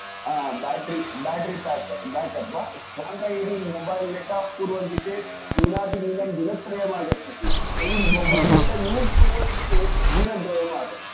battery battery back backup वा भवन्तः यदि मोबैल् नेट् आफ् कुर्वन्ति चेत् न्यूनातिन्यूनं दिनत्रयम् आगच्छति यदि मोबैल् डेटा यूस् कुर्वन्ति चेत् दिनद्वयम् आगच्छति